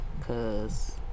Cause